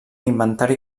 inventari